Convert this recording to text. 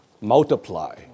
multiply